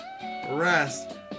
rest